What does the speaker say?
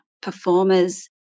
performers